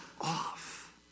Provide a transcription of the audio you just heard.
off